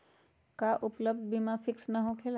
का उपलब्ध बीमा फिक्स न होकेला?